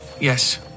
yes